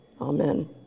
Amen